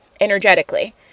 energetically